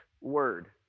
word